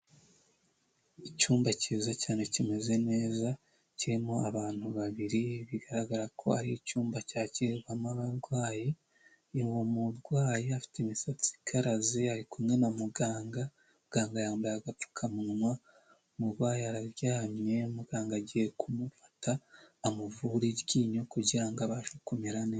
Icyumba cyiza cyane kimeze neza kirimo abantu babiri bigaragara ko ari icyumba cyakirwamo abarwayi, uwo murwayi afite imisatsi ikaraze ari kumwe na muganga, muganga yambaye agapfukamunwa, umurwayi araryamye, muganga agiye kumufata amuvura iryinyo kugira ngo abashe kumera neza.